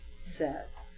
says